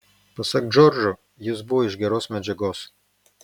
pasak džordžo jis buvo iš geros medžiagos